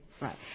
right